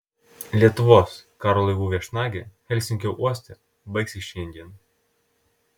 lietuvos karo laivų viešnagė helsinkio uoste baigsis šiandien